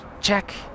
check